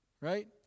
Right